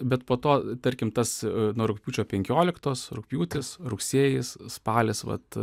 bet po to tarkim tas nuo rugpjūčio penkioliktos rugpjūtis rugsėjis spalis vat